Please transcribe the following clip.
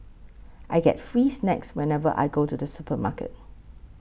I get free snacks whenever I go to the supermarket